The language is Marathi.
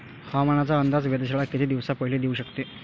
हवामानाचा अंदाज वेधशाळा किती दिवसा पयले देऊ शकते?